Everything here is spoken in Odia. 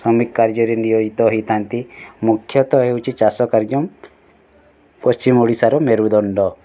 ଶ୍ରମିକ କାର୍ଯ୍ୟରେ ନିୟୋଜିତ ହେଇଥାନ୍ତି ମୁଖ୍ୟତଃ ହେଉଛି ଚାଷ କାର୍ଯ୍ୟ ପଶ୍ଚିମ ଓଡ଼ିଶାର ମେରୁଦଣ୍ଡ